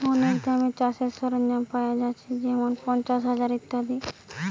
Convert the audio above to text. অনেক দামে চাষের সরঞ্জাম পায়া যাচ্ছে যেমন পাঁচশ, হাজার ইত্যাদি